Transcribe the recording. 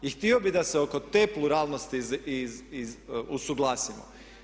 I htio bih da se oko te pluralnosti usuglasimo.